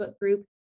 group